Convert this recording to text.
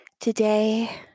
Today